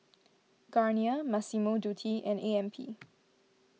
Garnier Massimo Dutti and A M P